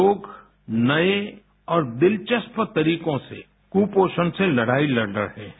लोग नए और दिलचस्प तरीकों से कुपोषण से लड़ाई लड़ रहे हैं